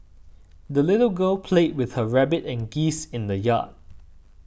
the little girl played with her rabbit and geese in the yard